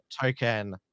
token